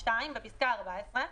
בפסקה (14)